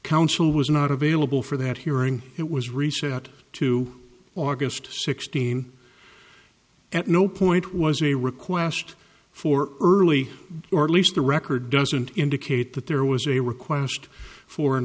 counsel was not available for that hearing it was reset to august sixteen at no point was a request for early or at least the record doesn't indicate that there was a request for an